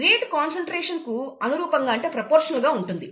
rate concentration కు అనురూపంగా అంటే ప్రొపోర్షనల్ గా ఉంటుంది